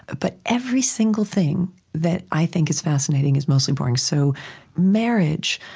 but every single thing that i think is fascinating is mostly boring. so marriage.